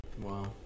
Wow